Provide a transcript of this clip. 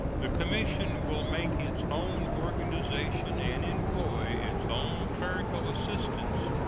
the commission will make its own organization and employ its own clerical assistants,